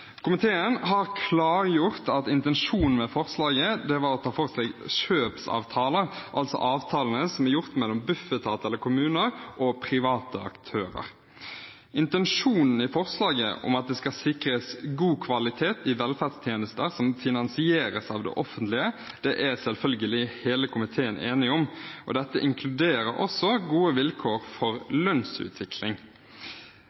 Komiteen har klargjort at intensjonen med forslaget var å ta for seg kjøpsavtaler, altså avtalene som er gjort mellom Bufetat eller kommuner og private aktører. Intensjonen i forslaget om at det skal sikres god kvalitet i velferdstjenester som finansieres av det offentlige, er selvfølgelig hele komiteen enige om, og dette inkluderer også gode vilkår for